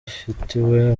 ufatiwe